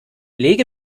lege